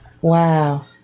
Wow